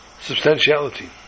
substantiality